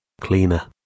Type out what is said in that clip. Cleaner